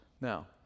Now